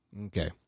Okay